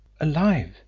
alive